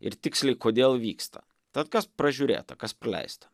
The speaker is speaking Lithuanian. ir tiksliai kodėl vyksta tad kas pražiūrėta kas praleista